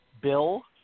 bill